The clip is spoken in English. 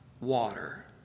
water